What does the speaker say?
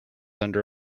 under